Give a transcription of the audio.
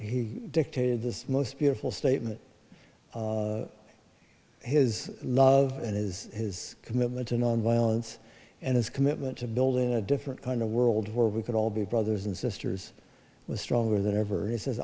he dictated this most beautiful statement his love and his his commitment to nonviolence and his commitment to building a different kind of world where we could all be brothers and sisters was stronger than ever